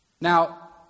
Now